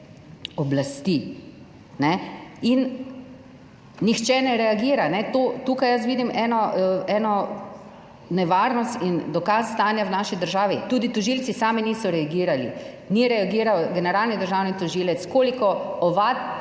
oblasti. In nihče ne reagira. Tukaj jaz vidim eno nevarnost in dokaz stanja v naši državi. Tudi tožilci sami niso reagirali, ni reagiral generalni državni tožilec. Koliko ovadb